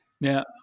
Now